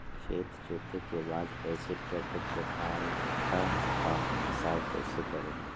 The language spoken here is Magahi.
खेत जोते के बाद कैसे ट्रैक्टर के पैसा का हिसाब कैसे करें?